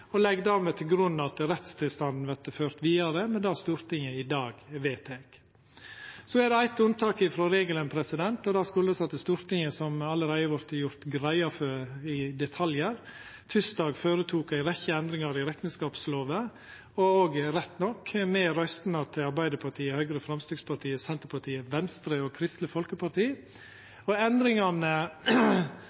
og legg dermed til grunn at rettstilstanden vert ført vidare med det Stortinget i dag vedtek. Så er det eitt unntak frå regelen, og det skuldast at Stortinget – som det allereie har vorte gjort greie for i detaljar – tysdag føretok ei rekkje endringar i rekneskapslova, rett nok med røystene til Arbeidarpartiet, Høgre, Framstegspartiet, Senterpartiet, Venstre og Kristeleg Folkeparti. Endringane medfører forenklingar for bedriftene, og